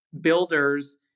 builders